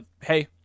Hey